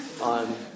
on